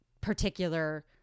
particular